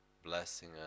Blessing